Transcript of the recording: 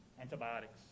antibiotics